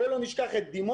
בואו לא נשכח את דימונה,